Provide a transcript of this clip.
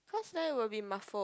cause then it will be muffled